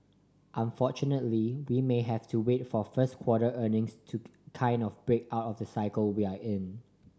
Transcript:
unfortunately we may have to wait for first quarter earnings to kind of break out of the cycle we're in